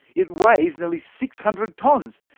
it weighs nearly six hundred tonnes,